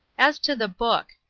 as to the book.